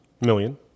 Million